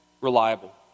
reliable